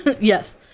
Yes